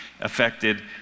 affected